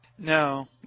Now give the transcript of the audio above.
No